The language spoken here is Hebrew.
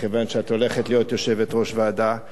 מכיוון שאת הולכת להיות יושבת-ראש ועדה.